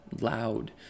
loud